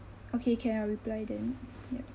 okay can I'll reply then ya